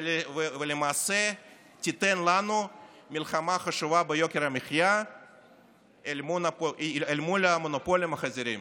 ולמעשה תיתן לנו מלחמה חשובה ביוקר המחיה אל מול המונופולים החזיריים".